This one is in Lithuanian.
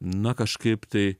na kažkaip tai